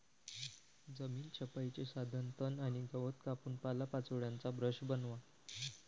जमीन छपाईचे साधन तण आणि गवत कापून पालापाचोळ्याचा ब्रश बनवा